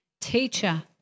Teacher